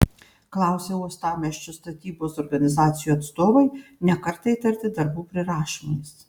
klausė uostamiesčio statybos organizacijų atstovai ne kartą įtarti darbų prirašymais